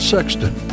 Sexton